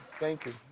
thank you,